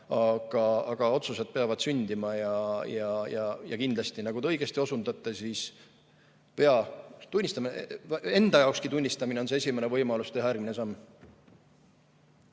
Aga otsused peavad sündima ja kindlasti, nagu te õigesti osutate, vea enda jaokski tunnistamine on esimene võimalus teha järgmine samm.